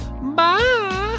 Bye